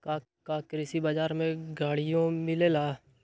का कृषि बजार में गड़ियो मिलेला?